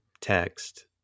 text